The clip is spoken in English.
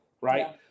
right